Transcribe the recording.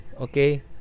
okay